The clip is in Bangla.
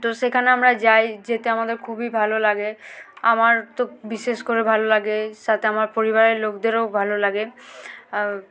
তো সেখানে আমরা যাই যেতে আমাদের খুবই ভালো লাগে আমার তো বিশেষ করে ভালো লাগে সাথে আমার পরিবারের লোকদেরও ভালো লাগে